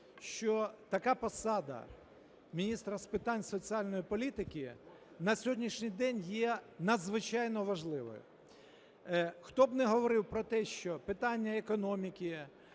що така посада – міністра з питань соціальної політики – на сьогоднішній день є надзвичайно важливою. Хто б не говорив про те, що питання економіки,